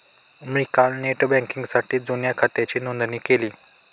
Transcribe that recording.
मी काल नेट बँकिंगसाठी जुन्या खात्याची नोंदणी केली